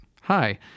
hi